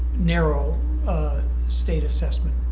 narrow state assessment.